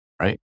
Right